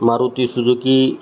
Maruti Suzuki